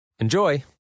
Enjoy